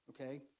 Okay